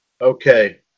okay